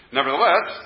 Nevertheless